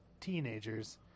teenagers